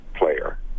Player